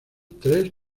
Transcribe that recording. tres